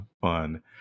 fun